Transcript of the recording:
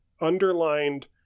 underlined